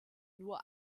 nur